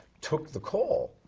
took the call,